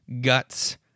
guts